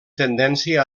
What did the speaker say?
tendència